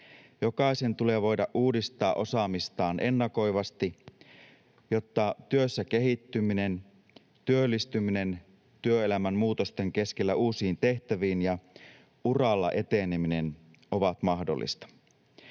Jokaisen tulee voida uudistaa osaamistaan ennakoivasti, jotta työssä kehittyminen, työllistyminen uusiin tehtäviin työelämän muutosten keskellä ja uralla eteneminen on mahdollista.